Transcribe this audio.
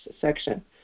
section